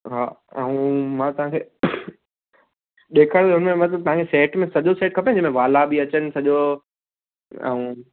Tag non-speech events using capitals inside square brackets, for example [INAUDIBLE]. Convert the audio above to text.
हा ऐं मां तव्हांखे ॾेखारे [UNINTELLIGIBLE] मतिलब तव्हांखे सेट में सॼो सेट खपे जंहिंमें वाला बि अचनि सॼो ऐं